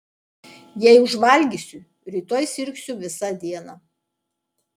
jei užvalgysiu rytoj sirgsiu visą dieną